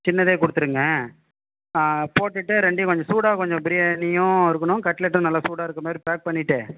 சின்னதே கொடுத்துருங்க போட்டுவிட்டு ரெண்டையும் கொஞ்சம் சூடாக கொஞ்சம் பிரியாணியும் இருக்கணும் கட்லட்டும் நல்லா சூடாக இருக்கற மாதிரி பேக் பண்ணிவிட்டு